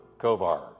kovar